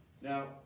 Now